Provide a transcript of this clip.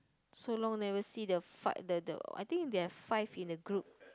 so long never see the fa~ the the I think they have five in a group